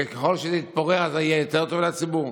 ככל שנתפורר אז יהיה יותר טוב לציבור?